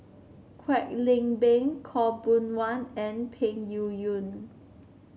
Kwek Leng Beng Khaw Boon Wan and Peng Yuyun